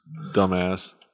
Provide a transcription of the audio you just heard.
dumbass